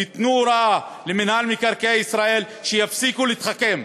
ייתנו הוראה למינהל מקרקעי ישראל שיפסיקו להתחכם.